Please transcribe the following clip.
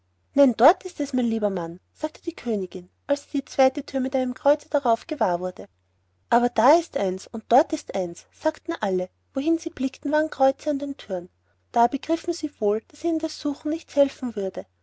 dort ist es mein lieber mann sagte die königin als sie die zweite thür mit einem kreuze darauf gewahr wurde aber da ist eins und dort ist eins sagten alle wohin sie blickten waren kreuze an den thüren da begriffen sie denn wohl daß ihnen das suchen nichts helfen würde